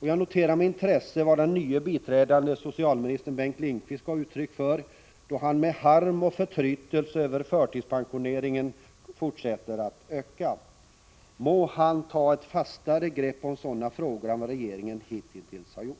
Jag noterade med intresse att den nye biträdrande socialministern Bengt Lindqvist gav uttryck för sin harm och förtrytelse över att förtidspensioneringen fortsätter att öka. Må han ta ett fastare grepp om sådana frågor än vad regeringen hittills har gjort!